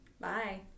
bye